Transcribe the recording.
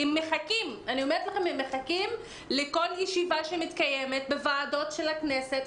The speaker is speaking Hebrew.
שמחכים לכל ישיבה שמתקיימת בוועדות של הכנסת,